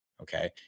Okay